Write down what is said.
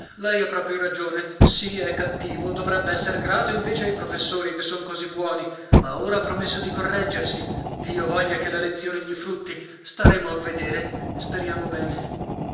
lei ha proprio ragione sì è cattivo dovrebbe esser grato invece ai professori che son così buoni ma ora ha promesso di correggersi dio voglia che la lezione gli frutti staremo a vedere speriamo bene